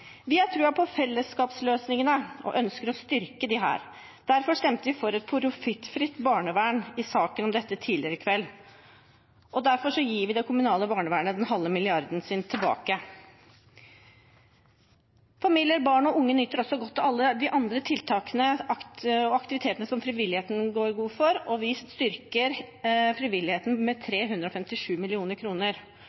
Vi har troen på fellesskapsløsningene og ønsker å styrke dem her. Derfor stemmer vi for et profittfritt barnevern i saken om dette i kveld, og derfor gir vi det kommunale barnevernet den halve milliarden deres tilbake. Familier, barn og unge nyter også godt av alle de andre tiltakene og aktivitetene som frivilligheten går god for, og vi styrker frivilligheten med